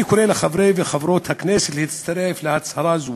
אני קורא לחברי וחברות הכנסת להצטרף להצהרה זו.